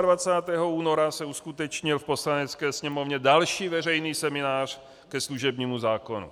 27. února se uskutečnil v Poslanecké sněmovně další veřejný seminář ke služebnímu zákonu.